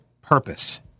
purpose